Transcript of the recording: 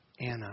Anna